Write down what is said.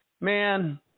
man